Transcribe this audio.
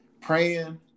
praying